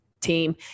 team